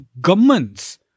governments